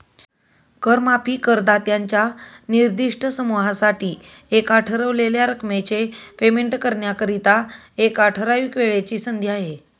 कर माफी करदात्यांच्या निर्दिष्ट समूहासाठी एका ठरवलेल्या रकमेचे पेमेंट करण्याकरिता, एका ठराविक वेळेची संधी आहे